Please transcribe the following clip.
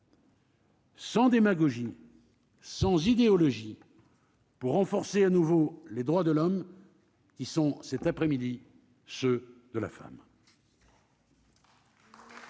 Sans démagogie, sans idéologie pour renforcer à nouveau les droits de l'homme, qui sont cet après-midi, ceux de la femme.